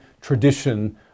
tradition